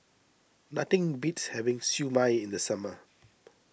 nothing beats having Siew Mai in the summer